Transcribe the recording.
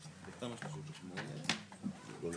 ויותר משתי דירות באזור שהוא אזור מוטב,